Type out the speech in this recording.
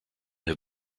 have